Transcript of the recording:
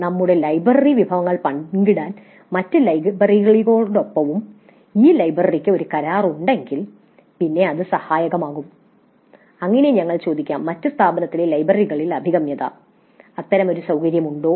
നമ്മുടെ ലൈബ്രറി വിഭവങ്ങൾ പങ്കിടാൻ മറ്റ് ലൈബ്രറികളോടൊപ്പവും ഈ ലൈബ്രറിക്ക് ഒരു കരാർ ഉണ്ടെങ്കിൽ പിന്നെ അത് സഹായകമാകും അങ്ങനെ ഞങ്ങൾ ചോദിക്കാം "മറ്റു സ്ഥാപനങ്ങളിലെ ലൈബ്രറികളിൽ അഭിഗമ്യത അത്തരം ഒരു സൌകര്യം ഉണ്ടോ